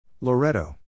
Loretto